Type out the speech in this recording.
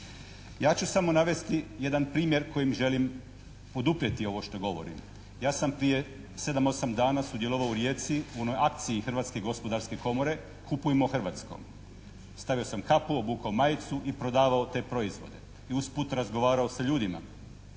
Ja ću samo navesti jedan primjer kojim želim poduprijeti ovo što govorim. Ja sam prije sedam, osam dana sudjelovao u Rijeci u onoj akciji Hrvatske gospodarske komore "Kupujmo hrvatsko!". Stavio sam kapu, obukao majicu i prodavao te proizvode, i usput razgovarao sa ljudima.